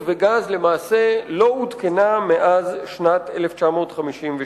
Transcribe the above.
וגז למעשה לא עודכנה מאז שנת 1952,